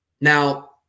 Now